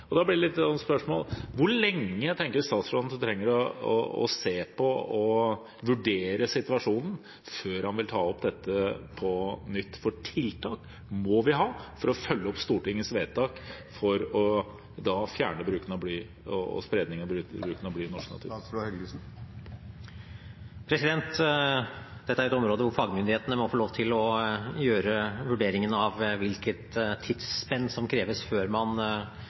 Da blir spørsmålet mitt: Hvor lenge tenker statsråden at han trenger å se på og vurdere situasjonen før han vil ta opp dette på nytt? Vi må ha tiltak for å følge opp Stortingets vedtak om å fjerne bruken og spredningen av bly i norsk natur. Dette er et område hvor fagmyndighetene må få lov til å gjøre vurderingene av hvilket tidsspenn som kreves før man vurderer situasjonen. Gitt alvoret når det gjelder tungmetallet bly og dets egenskaper, vil jeg tro at Miljødirektoratet følger dette meget tett. Men det er mulig at man